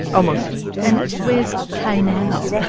almost. and where's kay now?